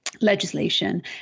Legislation